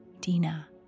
Dina